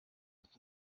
und